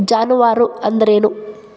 ಜಾನುವಾರು ಅಂದ್ರೇನು?